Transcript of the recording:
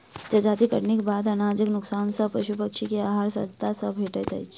जजाति कटनीक बाद अनाजक नोकसान सॅ पशु पक्षी के आहार सहजता सॅ भेटैत छै